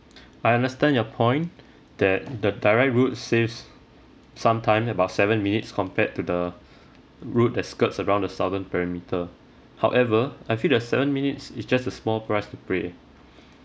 I understand your point the the direct route saves some time about seven minutes compared to the route that skirts around the southern perimeter however I feel the seven minutes it's just a small price to pay